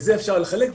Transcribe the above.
את זה אפשר לחלק,